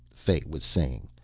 fay was saying.